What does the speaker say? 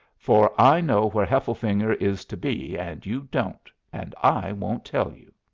for i know where hefflefinger is to be, and you don't, and i won't tell you.